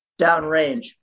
downrange